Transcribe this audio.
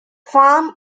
farm